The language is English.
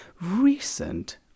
recent